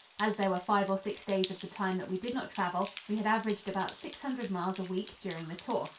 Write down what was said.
as there were five or six days of the time that we did not travel, we had averaged about six hundred miles a week during the tour.